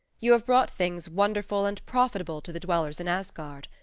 you have brought things wonderful and profitable to the dwellers in asgard.